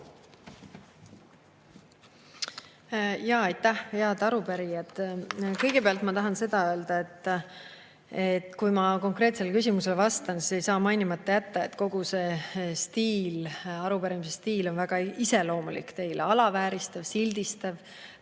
Aitäh! Head arupärijad! Kõigepealt ma tahan seda öelda, et [enne] kui ma konkreetsetele küsimustele vastan, ei saa mainimata jätta, et kogu see arupärimise stiil on väga iseloomulik teile: alavääristav, sildistav,